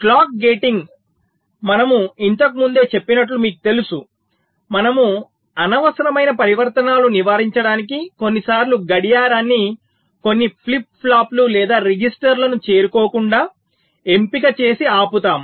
clock gating మనము ఇంతకు ముందే చెప్పినట్లు మీకు తెలుసు మనము అనవసరమైన పరివర్తనాలు నివారించడానికి కొన్నిసార్లు గడియారాన్ని కొన్ని ఫ్లిప్ ఫ్లాప్లు లేదా రిజిస్టర్లను చేరుకోకుండా ఎంపిక చేసి ఆపుతాము